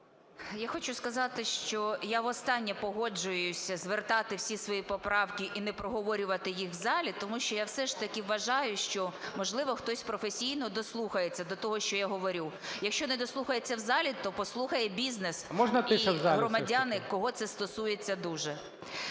Я хочу сказати, що я востаннє погоджуюсь звертати всі свої поправки і не проговорювати їх в залі, тому що я все ж таки вважаю, що, можливо, хтось професійно дослухається до того, що я говорю. Якщо не дослухається в залі, то послухає бізнес… ГОЛОВУЮЧИЙ. А можна